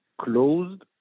closed